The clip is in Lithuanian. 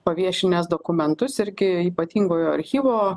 paviešinęs dokumentus irgi ypatingojo archyvo